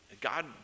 God